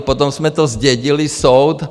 Potom jsme to zdědili, soud...